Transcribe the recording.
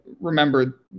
remember